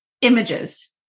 Images